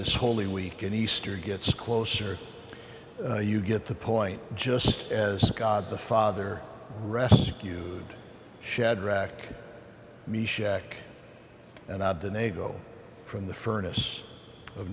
as holy week in easter gets closer you get the point just as god the father rescue shed rock me shack and of the nato from the furnace of